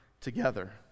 together